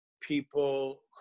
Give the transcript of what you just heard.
people